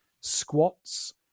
squats